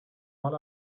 mal